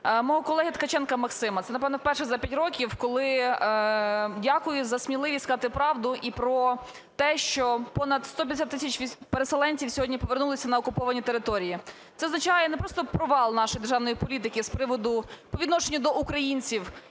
мого колеги Ткаченка Максима. Це, напевно, вперше за п'ять років, коли дякую за сміливість сказати правду і про те, що понад 150 тисяч переселенців сьогодні повернулися на окуповані території. Це означає не просто провал нашої державної політики по відношенню до українців,